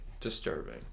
Disturbing